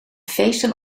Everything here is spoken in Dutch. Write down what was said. feesten